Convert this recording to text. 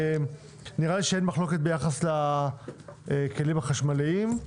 נראה לי שאין מחלוקת ביחס לכלים החשמליים.